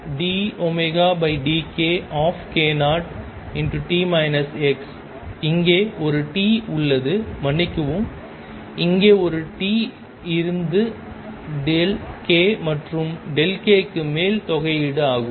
eidωdkk0t x இங்கே ஒரு t உள்ளது மன்னிக்கவும் இங்கே ஒரு t இருந்தது k மற்றும் k க்கு மேல் தொகையீடு ஆகும்